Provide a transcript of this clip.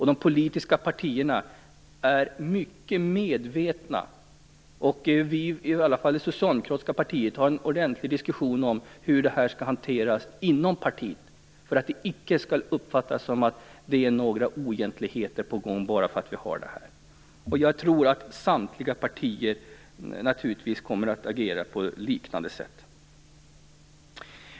De politiska partierna är mycket medvetna, och i varje fall inom det socialdemokratiska partiet för vi en ordentlig diskussion om hur det här skall hanteras inom partiet, just för att det inte skall uppfattas så att det är några oegentligheter på gång i och med detta. Jag tror att alla andra partier kommer att agera på liknande sätt.